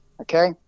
Okay